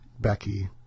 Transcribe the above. Becky